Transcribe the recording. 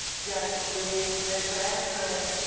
just read the transcript.